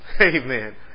Amen